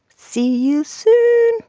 see you soon